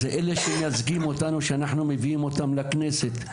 זה אלה שמייצגים אותנו, שאנחנו מביאים אותם לכנסת.